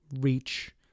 reach